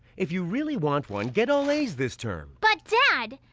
if you really want one, get all a's this term. but dad!